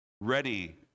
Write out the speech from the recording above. ready